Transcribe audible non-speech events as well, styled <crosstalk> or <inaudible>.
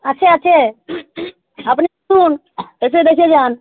আছে আছে আপনি <unintelligible> এসে দেখে যান